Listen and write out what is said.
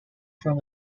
from